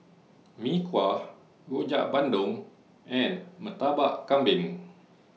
Mee Kuah Rojak Bandung and Murtabak Kambing